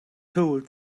told